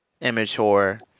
immature